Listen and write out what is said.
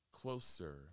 closer